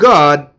God